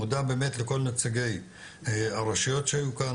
מודה באמת לכל נציגי הרשויות שהיו כאן,